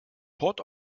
port